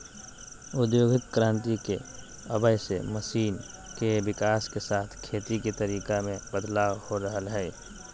औद्योगिक क्रांति के आवय से मशीन के विकाश के साथ खेती के तरीका मे बदलाव हो रहल हई